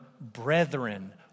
brethren